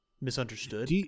Misunderstood